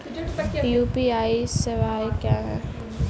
UPI सवायें क्या हैं?